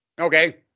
Okay